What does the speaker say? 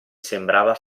sembrava